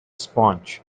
sponge